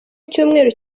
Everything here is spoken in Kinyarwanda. icyumweru